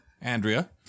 Andrea